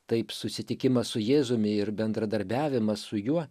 taip susitikimas su jėzumi ir bendradarbiavimas su juo